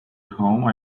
home